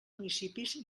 municipis